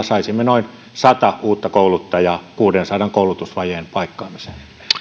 saisimme noin sata uutta kouluttajaa kuuteensataan koulutusvajeen paikkaamiseen